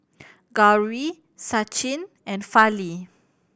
Gauri Sachin and Fali